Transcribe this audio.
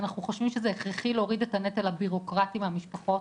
אנחנו חושבים שזה הכרחי להוריד את הנטל הבירוקרטי מהמשפחות,